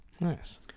Nice